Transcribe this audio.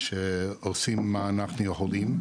שעושים מה אנחנו יכולים.